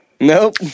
Nope